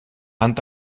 hand